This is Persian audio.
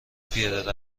پیاده